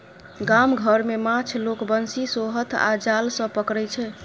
गाम घर मे माछ लोक बंशी, सोहथ आ जाल सँ पकरै छै